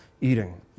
eating